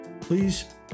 Please